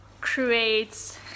creates